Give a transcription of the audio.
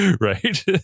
Right